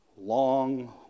long